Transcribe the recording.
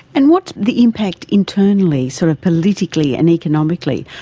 and what's the impact internally, sort of politically and economically,